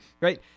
right